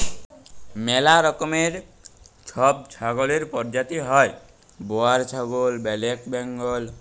ম্যালা রকমের ছব ছাগলের পরজাতি হ্যয় বোয়ার ছাগল, ব্যালেক বেঙ্গল